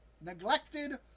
neglected